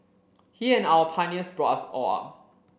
he and our pioneers brought us all up